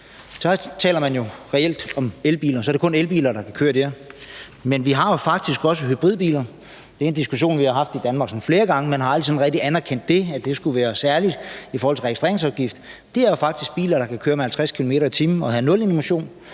taler man jo reelt om elbiler – det er kun elbiler, der kan køre der – men vi har jo faktisk også hybridbiler. Det er en diskussion, vi har haft i Danmark flere gange, men vi har aldrig sådan rigtig anerkendt, at det skulle være særligt i forhold til registreringsafgift. Det er jo faktisk biler, der kan køre med 50 km/t. og have nulemission,